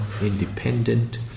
independent